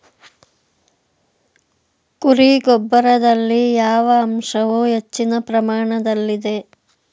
ಕುರಿ ಗೊಬ್ಬರದಲ್ಲಿ ಯಾವ ಅಂಶವು ಹೆಚ್ಚಿನ ಪ್ರಮಾಣದಲ್ಲಿದೆ?